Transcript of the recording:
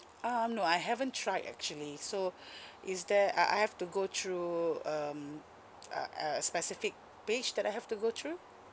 um no I haven't tried actually so is there uh I have to go through um a a specific page that I have to go through